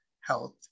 health